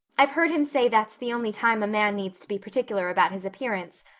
i've heard him say that's the only time a man needs to be particular about his appearance,